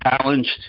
challenged